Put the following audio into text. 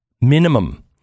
minimum